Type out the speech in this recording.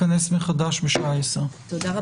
הישיבה ננעלה בשעה 09:21.